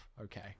okay